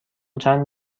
چند